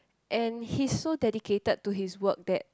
and he's so dedicated to his work that